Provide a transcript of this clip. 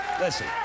Listen